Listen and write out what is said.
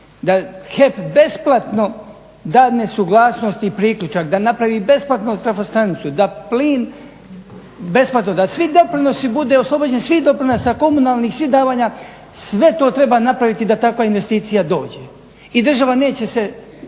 da HEP besplatno dade suglasnost i priključak, da napravi besplatnu trafostanicu, da plin besplatno, da budu oslobođeni svih doprinosa, komunalnih svih davanja, sve to treba napraviti da takva investicija dođe i država neće se,